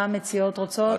מה המציעות רוצות?